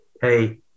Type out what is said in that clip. hey